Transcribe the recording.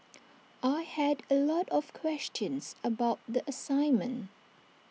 I had A lot of questions about the assignment